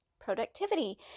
productivity